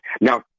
Now